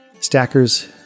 Stackers